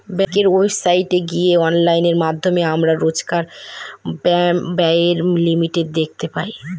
ব্যাঙ্কের ওয়েবসাইটে গিয়ে অনলাইনের মাধ্যমে আমরা রোজকার ব্যায়ের লিমিট দেখতে পাই